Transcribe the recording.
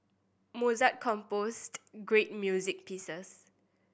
Mozart composed great music pieces